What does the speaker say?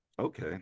okay